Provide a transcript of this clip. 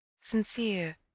sincere